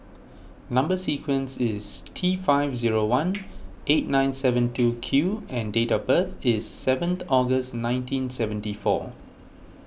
Number Sequence is T five zero one eight nine seven two Q and date of birth is seventh August nineteen seventy four